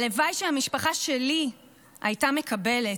הלוואי שהמשפחה שלי הייתה מקבלת,